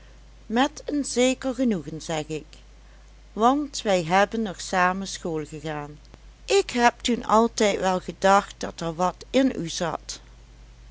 met een zeker genoegen zeg ik want wij hebben nog samen school gegaan ik heb toen altijd wel gedacht dat er wat in u zat